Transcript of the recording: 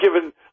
given